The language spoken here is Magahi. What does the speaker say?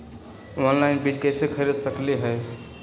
ऑनलाइन बीज कईसे खरीद सकली ह?